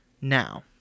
now